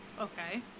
Okay